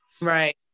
Right